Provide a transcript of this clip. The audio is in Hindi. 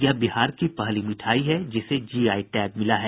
यह बिहार की पहली मिठाई है जिसे जीआई टैग मिला है